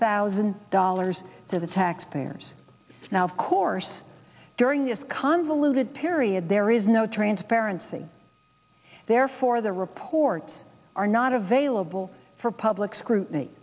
thousand dollars to the taxpayers now of course during this convoluted period there is no transparency therefore the reports are not available for public scrutiny